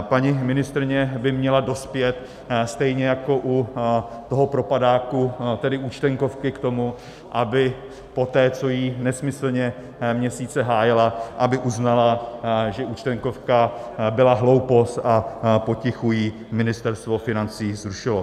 Paní ministryně by měla dospět stejně jako u toho propadáku, tedy Účtenkovky, k tomu, aby poté, co ji nesmyslně měsíce hájila, aby uznala, že Účtenkovka byla hloupost, a potichu ji Ministerstvo financí zrušilo.